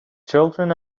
children